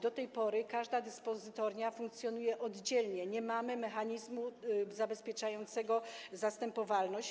Do tej pory każda dyspozytornia funkcjonuje oddzielnie, nie mamy mechanizmu zabezpieczającego zastępowalność.